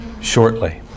Shortly